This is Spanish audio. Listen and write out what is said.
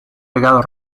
legado